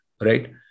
right